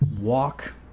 walk